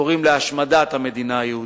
קוראים להשמדת המדינה היהודית.